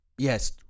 Yes